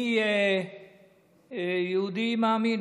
אני יהודי מאמין.